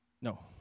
No